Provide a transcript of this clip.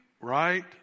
right